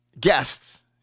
Guests